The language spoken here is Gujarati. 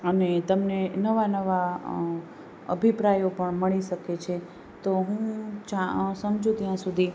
અને તમને નવા નવા અભિપ્રાયો પણ મળી શકે છે તો હું સમજુ ત્યાં સુધી